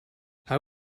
how